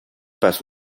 пес